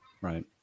Right